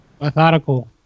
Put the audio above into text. methodical